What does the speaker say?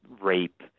rape